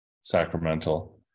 sacramental